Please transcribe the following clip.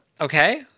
Okay